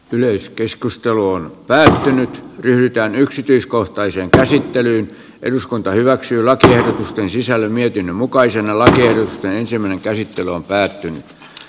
yleiskeskustelu on vääristynyt yhtään yksityiskohtaiseen käsittelyyn eduskunta hyväksyy lakiehdotusten sisällön yhdenmukaisen alasajon ensimmäinen käsittely on päättynyt